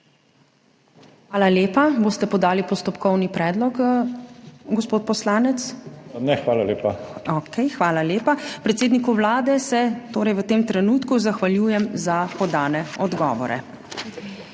Hvala lepa. Boste podali postopkovni predlog, gospod poslanec? (Ne.) Hvala lepa. Predsedniku Vlade se torej v tem trenutku zahvaljujem za podane odgovore.